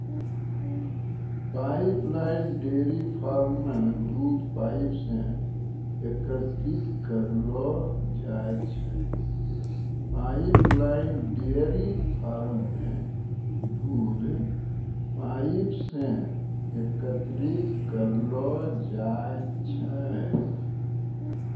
pipeline dairy farm म दूध pipe सें एकत्रित करलो जाय छै